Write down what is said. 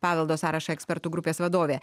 paveldo sąrašą ekspertų grupės vadovė